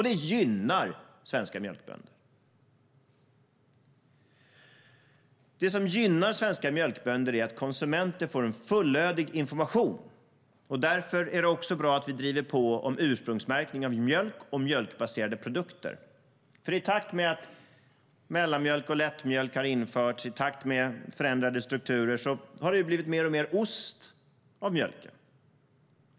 Det gynnar svenska mjölkbönder. Det som gynnar svenska mjölkbönder är att konsumenter får fullödig information. Därför är det också bra att vi driver på om ursprungsmärkning av mjölk och mjölkbaserade produkter. I takt med att mellanmjölk och lättmjölk har införts, i takt med förändrade strukturer, har det blivit mer och mer ost av mjölken.